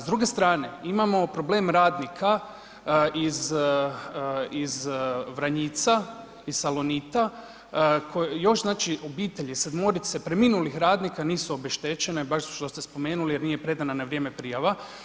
S druge strane, imamo problem radnika iz Vranjica iz Salonita koji još znači obitelji sedmorice preminulih radnika nisu obeštećene baš što ste spomenuli jer nije predana na vrijeme prijava.